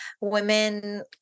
women